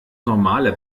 normale